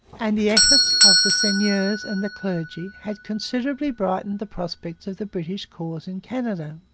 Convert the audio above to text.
and the efforts of the seigneurs and the clergy had considerably brightened the prospects of the british cause in canada.